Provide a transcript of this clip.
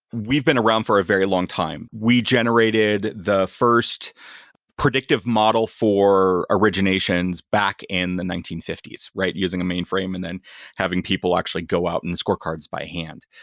we've been around for a very long time. we generated the first predictive model for originations back in the nineteen fifty s using a mainframe and then having people actually go out and scorecards by hand.